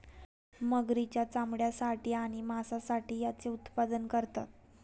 मगरींच्या चामड्यासाठी आणि मांसासाठी याचे उत्पादन करतात